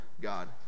god